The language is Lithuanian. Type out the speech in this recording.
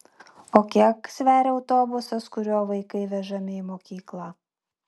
o kiek sveria autobusas kuriuo vaikai vežami į mokyklą